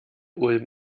ulm